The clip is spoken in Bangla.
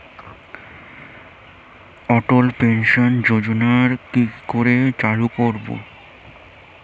অটল পেনশন যোজনার কি করে চালু করব?